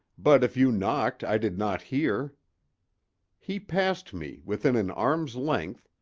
but if you knocked i did not hear he passed me, within an arm's length,